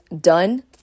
done